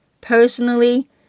Personally